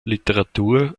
literatur